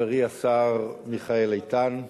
חברי השר מיכאל איתן,